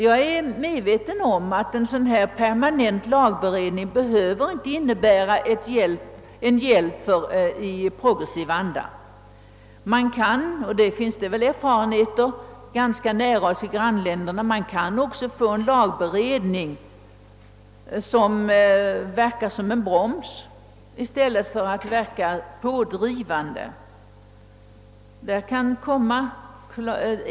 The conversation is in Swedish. Jag är medveten om att en permanent lagberedning inte självklart innebär ett stöd för progressivitet. Man kan också få en lagberedning, som verkar som en broms i stället för att vara pådrivande. Erfarenheter av en sådan utveckling kan vi finna i våra grannländer.